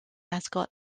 mascot